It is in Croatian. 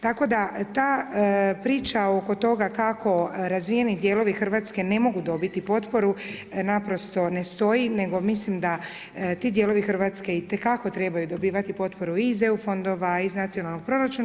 Tako da ta priča oko toga kako razvijeni dijelovi Hrvatske ne mogu dobiti potporu naprosto ne stoji, nego mislim da ti dijelovi Hrvatske itekako trebaju dobivati potporu iz EU fondova, iz nacionalnog proračuna.